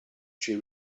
she